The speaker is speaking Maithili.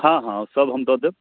हँ हँ ओ सभ हम दऽ देब